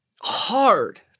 hard